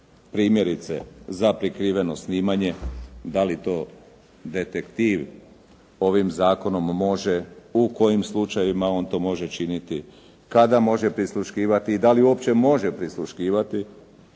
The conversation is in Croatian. primjerice za prikriveno snimanje da li to detektiv ovim zakonom može, u kojim slučajevima on to može činiti, kada može prisluškivati i da li uopće može prisluškivati,